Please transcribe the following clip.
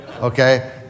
Okay